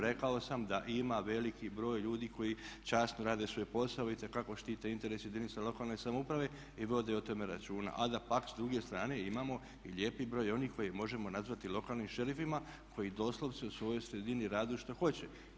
Rekao sam da ima veliki broj ljudi koji časno rade svoj posao, itekako štite interes jedinica lokalne samouprave i vode o tome računa, a da pak s druge strane imamo i lijepi broj onih koje možemo nazvati lokalnim šerifima, koji doslovce u svojoj sredini radu što hoće.